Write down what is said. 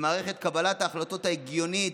מערכת קבלת ההחלטות ההגיונית,